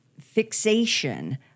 fixation